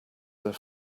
their